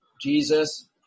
jesus